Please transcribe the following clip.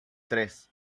tres